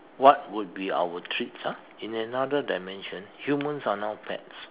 what would be our treats !huh! in another dimension humans are now pets